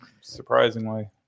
Surprisingly